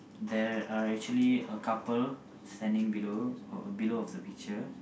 there are actually a couple standing below below of the picture